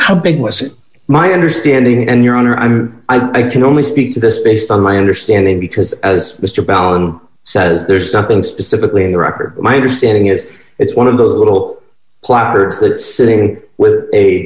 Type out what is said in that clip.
how big was it my understanding and your honor i'm i can only speak to this based on my understanding because as mister ballen says there's something specifically in the record my understanding is it's one of those little platters that sitting with a